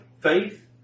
faith